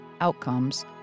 outcomes